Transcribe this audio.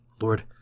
Lord